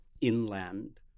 inland